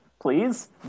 Please